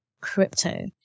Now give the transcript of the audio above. crypto